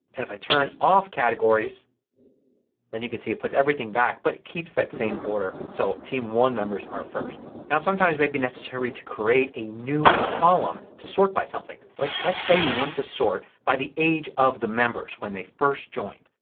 if i turn off categories then you could see it puts everything back but it keeps that same order so team one members are first. now sometimes it may be necessary to create a new column to sort by something. like let's say we wanted to sort by age of the members when they first joined.